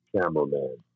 cameraman